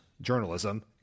journalism